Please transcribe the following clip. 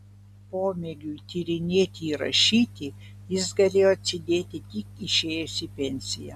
pomėgiui tyrinėti ir rašyti jis galėjo atsidėti tik išėjęs į pensiją